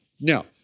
now